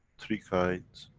three kinds,